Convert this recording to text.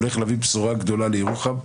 הולך להביא בשורה גדולה לירוחם.